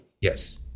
Yes